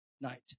night